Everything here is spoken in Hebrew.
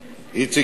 מס'